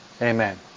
amen